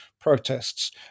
protests